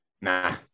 Nah